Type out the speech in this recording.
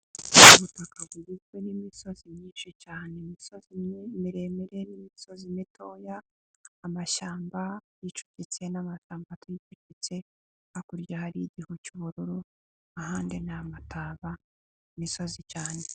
Ubutaka bufite imisozi myinshi cyane, imisozi miremire n'imisozi mitoya, amashyamba yicumbitse n'amataba yiparitse, hakurya hari igihuru cy'uburur ahandi ni amataba, imisozi cyane.